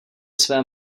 své